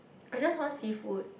I just want seafood